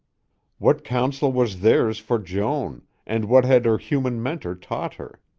what counsel was theirs for joan and what had her human mentor taught her?